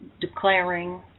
declaring